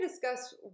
discuss